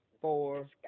four